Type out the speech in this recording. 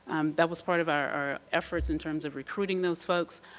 that was part of our efforts in terms of recruiting those folks.